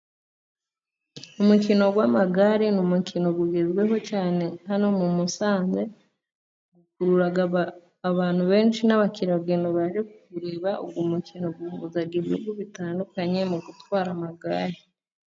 Umukino w'amagare ni umukino ujyezweho cyane hano muri Musanze, ukurura abantu benshi n'abakerarugendo baje kureba, uwo mukino uhuza ibihugu bitandukanye mu gutwara amagare.